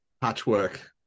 patchwork